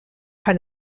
par